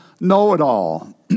know-it-all